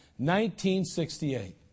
1968